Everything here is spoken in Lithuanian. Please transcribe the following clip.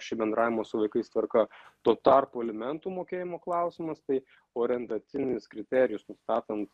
ši bendravimo su vaikais tvarka tuo tarpu alimentų mokėjimo klausimas tai orientacinis kriterijus nustatant